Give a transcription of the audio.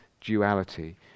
duality